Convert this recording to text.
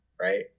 right